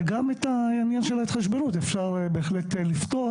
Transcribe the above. גם את העניין של ההתחשבנות אפשר בהחלט לפתור